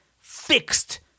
fixed